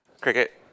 cricket